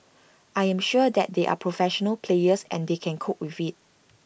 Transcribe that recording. I am sure that they are professional players and they can cope with IT